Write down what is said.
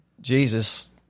Jesus